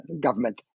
government